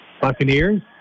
Buccaneers